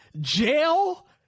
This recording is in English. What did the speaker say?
Jail